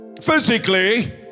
physically